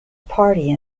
party